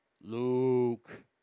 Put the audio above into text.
Luke